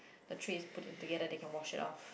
the trays put in together they can wash it off